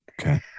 Okay